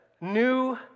new